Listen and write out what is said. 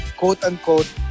quote-unquote